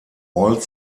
all